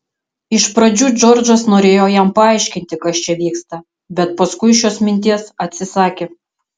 iš pradžių džordžas norėjo jam paaiškinti kas čia vyksta bet paskui šios minties atsisakė